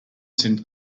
send